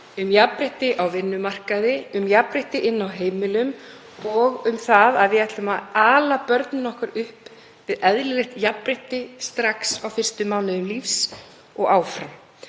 jafnrétti á vinnumarkaði, jafnrétti inni á heimilum og það að við ætlum að ala börnin okkar upp við eðlilegt jafnrétti strax á fyrstu mánuðum lífs og áfram